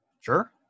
Sure